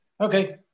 Okay